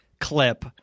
clip